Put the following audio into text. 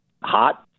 hot